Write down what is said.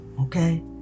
okay